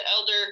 elder